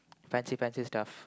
fancy fancy stuff